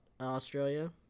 Australia